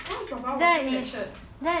why is papa washing that shirt